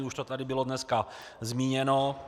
Už to tady bylo dneska zmíněno.